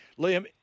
Liam